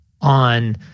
on